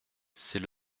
c’est